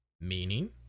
meaning